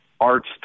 arts